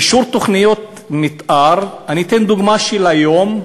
אישור תוכניות מתאר, אני אתן דוגמה מהיום.